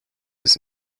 his